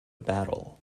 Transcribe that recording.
battle